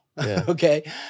Okay